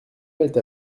mêle